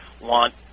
want